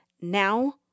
Now